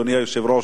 אדוני היושב-ראש,